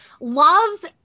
loves